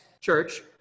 church